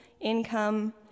income